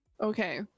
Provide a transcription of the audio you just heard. Okay